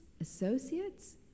associates